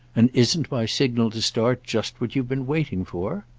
and isn't my signal to start just what you've been waiting for?